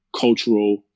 cultural